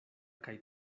kaj